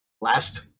Last